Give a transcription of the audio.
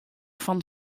fan